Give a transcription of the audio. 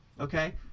okay